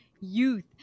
youth